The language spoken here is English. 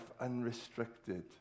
unrestricted